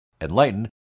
enlighten